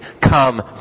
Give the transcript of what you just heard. come